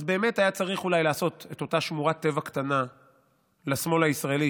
אז באמת היה צריך אולי לעשות את אותה שמורת טבע קטנה לשמאל הישראלי,